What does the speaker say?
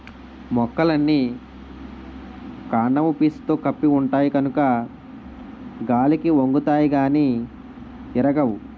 మొక్కలన్నీ కాండము పీసుతో కప్పి ఉంటాయి కనుక గాలికి ఒంగుతాయి గానీ ఇరగవు